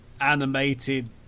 animated